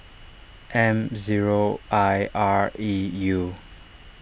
M zero I R E U